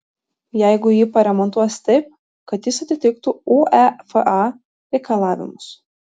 jeigu jį paremontuos taip kad jis atitiktų uefa reikalavimus